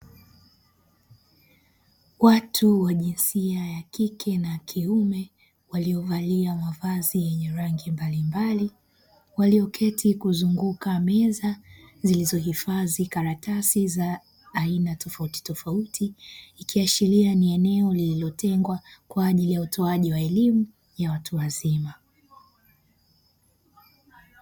Watu wa jinsia ya kike na kiume waliovalia mavazi yenye rangi mbalimbali walioketi kuzunguka meza zilizohifadhi karatasi za aina tofautitofauti ikiashiria ni eneo lililotengwa kwa ajili ya utoaji wa elimu ya watu wazima.